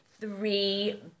three